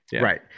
Right